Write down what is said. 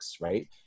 right